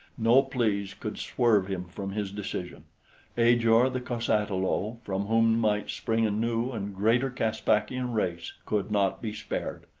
no pleas could swerve him from his decision ajor, the cos-ata-lo, from whom might spring a new and greater caspakian race, could not be spared.